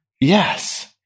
yes